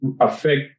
affect